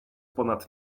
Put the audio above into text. ponad